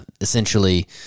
essentially